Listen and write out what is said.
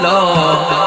Love